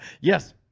Yes